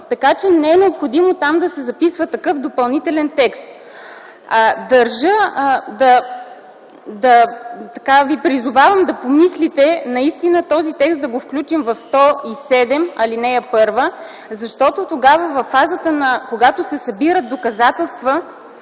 Не е необходимо там да се записва такъв допълнителен текст. Държа, призовавам ви да помислите наистина този текст да го включим в чл. 107, ал. 1, защото във фазата, когато се събират доказателства,